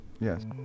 yes